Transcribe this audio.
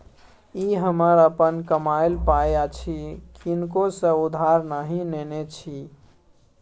ई हमर अपन कमायल पाय अछि किनको सँ उधार नहि नेने छी